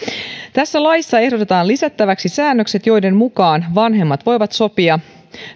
tässä laissa ehdotetaan lisättäväksi säännökset joiden mukaan vanhemmat voivat sopia